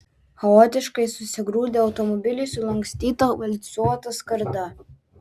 chaotiškai susigrūdę automobiliai sulankstyta valcuota skarda